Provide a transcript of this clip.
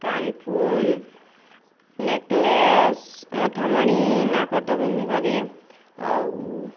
କାନ୍ଫୁଲ necklace ମଥାମଣି ନାଗଟ ବିିନ୍ଧି କରି ଆଉ